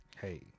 Hey